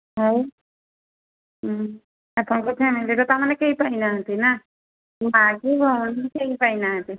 ଆଉ ଆପଣଙ୍କ ଫ୍ୟାମିଲିର ତା'ମାନେ କେହି ପାଇନାହାନ୍ତି ନା ମା କି ଭଉଣୀ କେହି ପାଇନାହାନ୍ତି